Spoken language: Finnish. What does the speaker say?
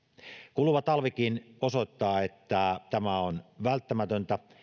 kuluva talvikin osoittaa että tämä on välttämätöntä